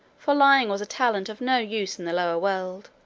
for lying was a talent of no use in the lower world.